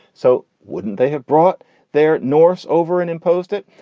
so wouldn't they have brought their nourse over and imposed it?